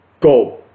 go